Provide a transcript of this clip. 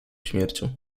śmiercią